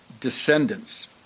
descendants